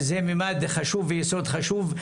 זה מימד חשוב ויסוד חשוב.